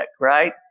Right